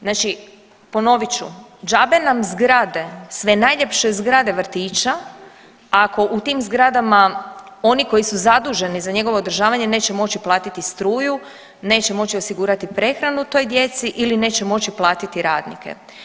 Znači ponovit ću, džabe nam zgrade, sve najljepše zgrade vrtića ako u tim zgradama oni koji su zaduženi za njegovo održavanje neće moći platiti struju, neće moći osigurati prehranu toj djecu ili neće moći platiti radnike.